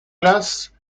glaces